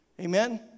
amen